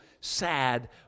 sad